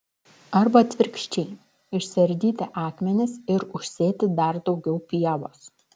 arba atvirkščiai išsiardyti akmenis ir užsėti dar daugiau pievos